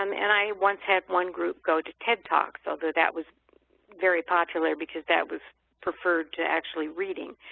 um and i once had one group go to ted talks although that was very popular because that was preferred to actually reading.